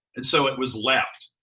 and so it was left.